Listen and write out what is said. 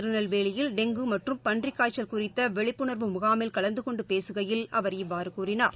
திருநெல்வேலியில் டெங்கு மற்றும் பன்றக் காய்ச்சல் குறித்தவிழிப்புணர்வு முகாமில் கலந்தகொண்டுபேசுகையில் அவர் இவ்வாறுகூறினார்